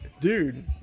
Dude